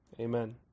Amen